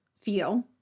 feel